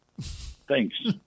Thanks